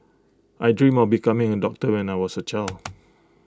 I dreamt of becoming A doctor when I was A child